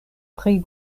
pri